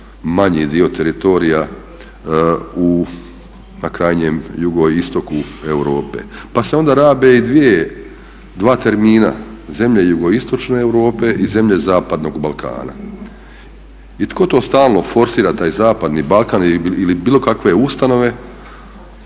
manji dio teritorija na krajnjem jugoistoku Europe. Pa se onda rabe i dva termina, zemlje jugoistočne Europe i zemlje zapadnog Balkana. I tko to stalno forsira taj zapadni Balkan ili bilo kakve ustanove,